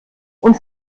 und